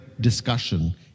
discussion